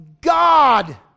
God